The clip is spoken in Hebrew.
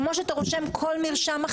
כמו שאתה רושם כל מרשם.